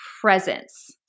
presence